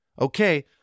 Okay